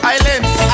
Islands